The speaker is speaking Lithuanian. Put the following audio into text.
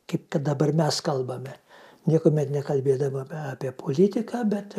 kaip kad dabar mes kalbame niekuomet nekalbėdavome apie politiką bet